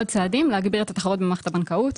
צעדים להגביר את התחרות במערכת הבנקאות.